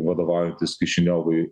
vadovaujantis kišiniovui